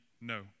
no